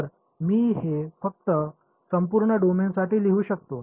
तर मी हे फक्त संपूर्ण डोमेनसाठी लिहू शकतो